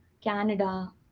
Canada